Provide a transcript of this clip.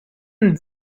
even